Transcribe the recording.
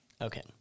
Okay